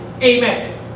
Amen